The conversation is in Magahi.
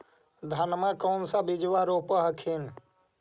धनमा कौन सा बिजबा रोप हखिन?